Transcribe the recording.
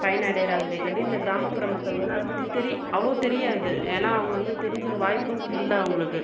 பயன் அடைகிறாங்களே காண்டி இந்த கிராமப்புற மக்கள் வந்து அதை பற்றி தெரி அவ்ளோ தெரியாது ஏன்னால் அவங்கள் வந்து தெரிஞ்சுக்க வாய்ப்பு இல்லை அவங்களுக்கு